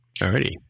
Alrighty